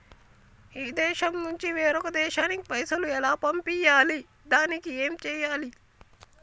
ఈ దేశం నుంచి వేరొక దేశానికి పైసలు ఎలా పంపియ్యాలి? దానికి ఏం చేయాలి?